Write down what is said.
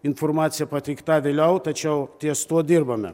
informacija pateikta vėliau tačiau ties tuo dirbame